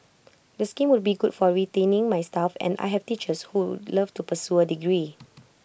the scheme would be good for retaining my staff and I have teachers who love to pursue A degree